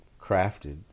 crafted